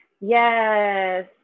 Yes